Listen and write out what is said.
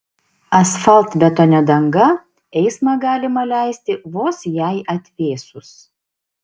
asfaltbetonio danga eismą galima leisti vos jai atvėsus